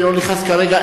אני לא נכנס כרגע,